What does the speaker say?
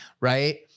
right